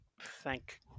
Thank